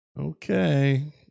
okay